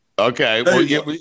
Okay